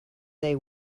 they